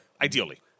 Ideally